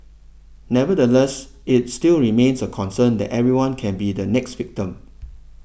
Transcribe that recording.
nevertheless it still remains a concern that anyone can be the next victim